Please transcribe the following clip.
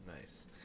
nice